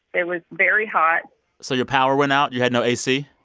it was very hot so your power went out? you had no ac?